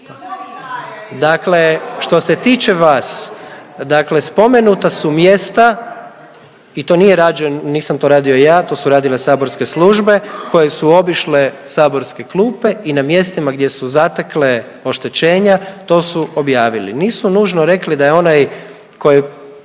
Dakle što se tiče vas, dakle spomenuta su mjesta i to nije rađen, nisam to radio ja, to su radile saborske službe koje su obišle saborske klupe i na mjestima gdje su zatekle oštećenja to su objavili, nisu nužno rekli da je onaj koji,